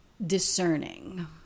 Discerning